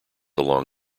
along